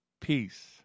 peace